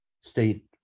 state